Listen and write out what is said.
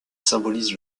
symbolise